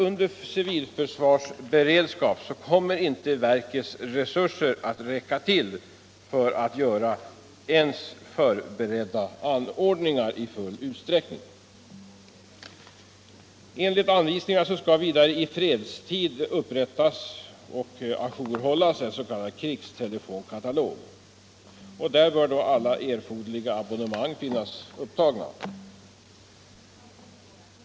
Under civilförsvarsberedskap kommer verkets resurser inte att räcka till ens för att göra förberedda anordningar. Enligt anvisningarna skall vidare i fredstid upprättas och å jour-hållas en s.k. krigstelekatalog, där alla erforderliga abonnemang bör finnas upptagna.